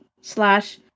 slash